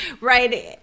right